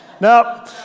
No